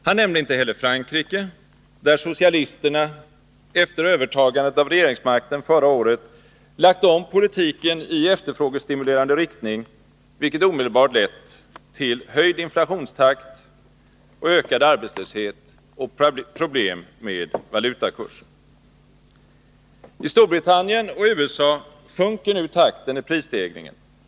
Han nämnde inte heller Frankrike, där socialisterna efter övertagandet av regeringsmakten förra året lagt om politiken i efterfrågestimulerande riktning, vilket omedelbart lett till en höjning av inflationstakten, en ökning av arbetslösheten och problem med valutakursen. I Storbritannien och USA sjunker nu takten i prisstegringen.